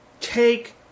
take